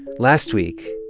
last week,